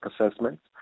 assessments